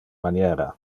maniera